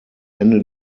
ende